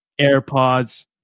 AirPods